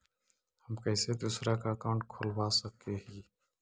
हम कैसे दूसरा का अकाउंट खोलबा सकी ही?